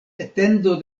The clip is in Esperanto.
etendo